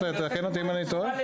תקן אותי אם אני טועה.